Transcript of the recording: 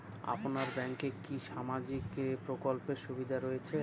আপনার ব্যাংকে কি সামাজিক প্রকল্পের সুবিধা রয়েছে?